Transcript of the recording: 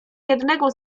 jednego